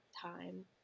time